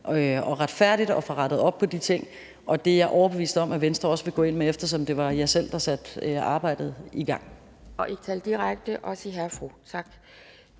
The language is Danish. og retfærdigt og får rettet op på de ting, og det er jeg overbevist om at Venstre også vil, eftersom det var jer selv, der satte arbejdet i gang. Kl. 13:54 Anden næstformand (Pia